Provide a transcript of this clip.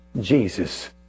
Jesus